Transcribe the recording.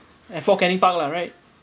at fort canning park lah right